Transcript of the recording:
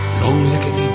long-legged